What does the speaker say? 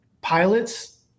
pilots